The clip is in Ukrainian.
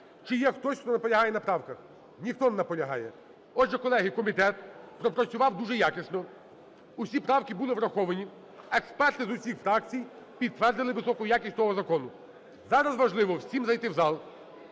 Чи є хтось, хто наполягає на правках? Ніхто не наполягає. Отже, колеги, комітет пропрацював дуже якісно. Усі правки були враховані. Експерти з усіх фракцій підтвердили високу якість цього закону. Зараз важливо всім зайти в зал.